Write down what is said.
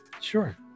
Sure